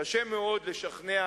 קשה מאוד לשכנע,